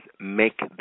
Make